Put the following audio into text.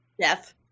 Death